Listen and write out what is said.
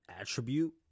Attribute